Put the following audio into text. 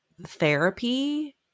therapy